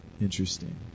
Interesting